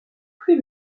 plus